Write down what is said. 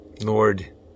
Lord